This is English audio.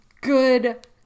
good